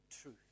truth